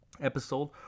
episode